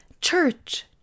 Church